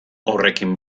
horrekin